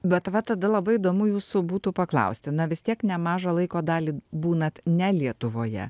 bet va tada labai įdomu jūsų būtų paklausti na vis tiek nemažą laiko dalį būnat ne lietuvoje